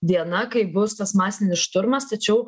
diena kai bus tas masinis šturmas tačiau